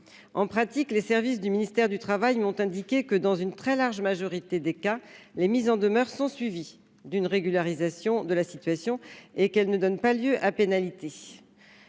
en pratique, les services du ministère du Travail m'ont indiqué que dans une très large majorité des cas, les mises en demeure sont suivies d'une régularisation de la situation et qu'elle ne donne pas lieu à pénalité